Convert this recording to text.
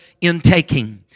intaking